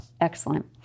Excellent